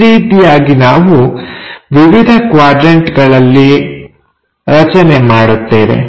ಈ ರೀತಿಯಾಗಿ ನಾವು ವಿವಿಧ ಕ್ವಾಡ್ರನ್ಟಗಳಲ್ಲಿ ರಚನೆ ಮಾಡುತ್ತೇವೆ